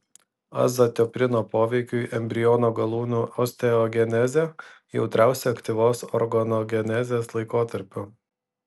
azatioprino poveikiui embriono galūnių osteogenezė jautriausia aktyvios organogenezės laikotarpiu